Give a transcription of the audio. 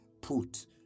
put